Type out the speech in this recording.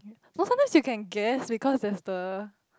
so sometimes you can guess because there is the